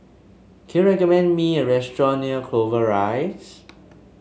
can you recommend me a restaurant near Clover Rise